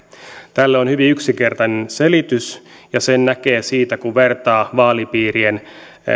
tälle on hyvin yksinkertainen selitys ja sen näkee siitä kun vertaa vaalipiirien